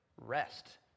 rest